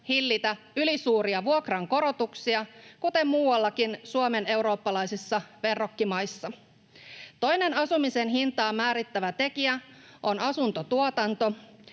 hillitä ylisuuria vuokrankorotuksia, kuten muuallakin, Suomen eurooppalaisissa verrokkimaissa. Toinen asumisen hintaa määrittävä tekijä on asuntotuotanto.